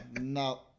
no